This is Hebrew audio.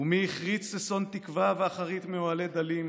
ומי הכרית ששון תקווה ואחרית מאוהלי דלים,